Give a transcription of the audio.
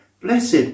blessed